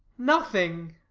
nothing,